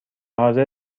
حاضر